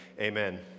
amen